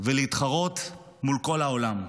ולהתחרות מול כל העולם.